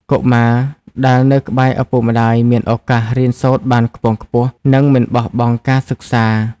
កុមារដែលនៅក្បែរឪពុកម្ដាយមានឱកាសរៀនសូត្របានខ្ពង់ខ្ពស់ និងមិនបោះបង់ការសិក្សា។